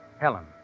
Helen